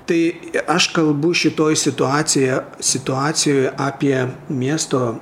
tai aš kalbu šitoj situacija situacijoj apie miesto